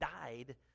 died